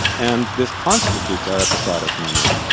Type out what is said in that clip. and this constitutes our episodic memory.